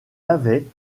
avait